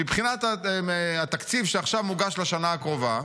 מבחינת התקציב שעכשיו מוגש לשנה הקרובה,